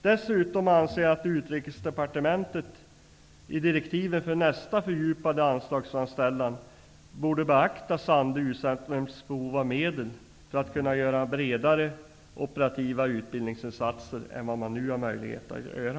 Dessutom anser jag att Utrikesdepartementet i direktiven för nästa fördjupade anslagsframställan borde beakta Sandö U-centrums behov av medel för att kunna göra bredare operativa utbildningsinsatser än vad man nu har möjlighet att göra.